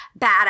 badass